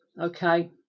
Okay